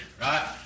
right